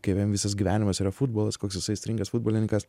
kaip jam visas gyvenimas yra futbolas koks jisai aistringas futbolininkas